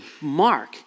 Mark